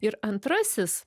ir antrasis